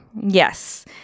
Yes